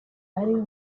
ari